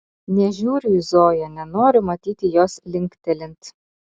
nežiūriu į zoją nenoriu matyti jos linktelint